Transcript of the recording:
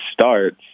starts